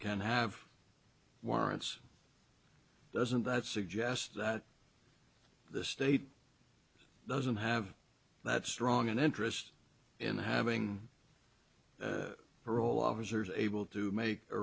can't have warrants doesn't that suggest that the state doesn't have that strong an interest in having parole officers able to make a